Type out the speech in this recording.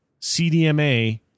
CDMA